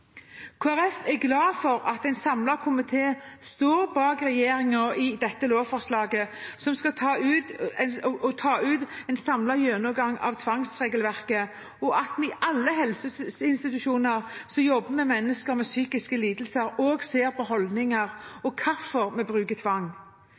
er glad for at en samlet komité står bak regjeringen i dette lovforslaget om å ta en samlet gjennomgang av tvangsregelverket, og at en i alle helseinstitusjoner som jobber med mennesker med psykiske lidelser, ser på holdninger